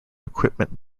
equipment